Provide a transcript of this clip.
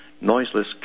noiseless